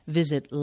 visit